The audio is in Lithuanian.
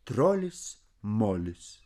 trolis molis